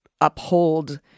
uphold